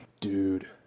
Dude